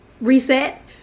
reset